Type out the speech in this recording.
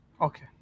Okay